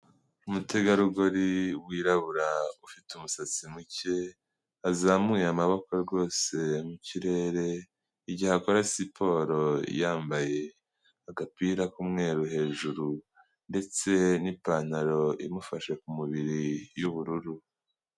Umutegarugori wirabura ufite umusatsi muke azamuye amaboko rwose mu kirere, igihe akora siporo yambaye agapira k'umweru hejuru ndetse n'ipantaro imufashe ku mubiri y'ubururu.